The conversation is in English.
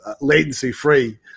latency-free